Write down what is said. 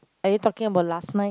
are you talking about last night